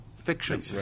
fiction